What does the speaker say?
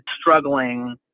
struggling